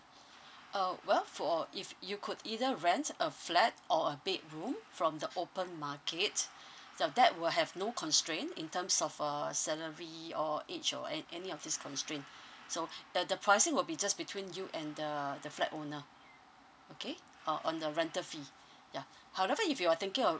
uh well for if you could either rent a flat or a bedroom from the open market uh that will have no constraint in terms of uh salary or age or a~ any of this constraint so the the pricing will be just between you and uh the flat owner okay uh on the rental fee ya however if you're thinking of